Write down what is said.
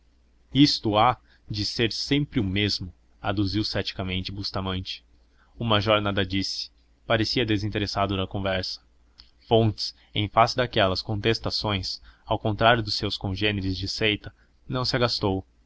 isto há de sempre ser o mesmo aduziu ceticamente bustamante o major nada disse parecia desinteressado da conversa fontes em face daquelas contestações ao contrário dos seus congêneres de seita não se agastou